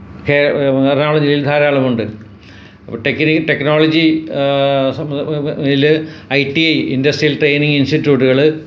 ഒക്കെ എറണാകുളം ജില്ലയിൽ ധാരാളം ഉണ്ട് അപ്പോൾ ടെക്നിക് ടെക്നോളജി സമ് യില് ഐ ടി ഇൻഡസ്ട്രിയൽ ട്രെയിനിങ്ങ് ഇൻസ്റിറ്റ്യൂട്ടുകള്